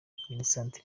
minisante